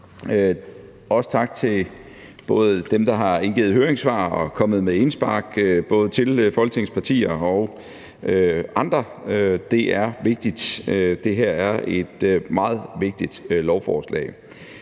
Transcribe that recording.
Også tak til både dem, der har indgivet høringssvar og er kommet med indspark til Folketingets partier, og andre; det er vigtigt. Det her er et meget vigtigt lovforslag.